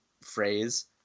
phrase